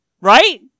Right